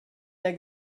der